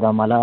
तर मला